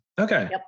Okay